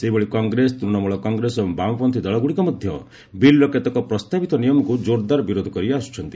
ସେହିଭଳି କଂଗ୍ରେସ ତୃଣମୂଳକଂଗ୍ରେସ ଓ ବାମପନ୍ଥୀ ଦଳଗୁଡ଼ିକ ମଧ୍ୟ ବିଲ୍ର କେତେକ ପ୍ରସ୍ତାବିତ ନିୟମକୁ ଜୋରଦାର ବିରୋଧ କରିଆସୁଛନ୍ତି